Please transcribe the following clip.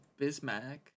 Bismack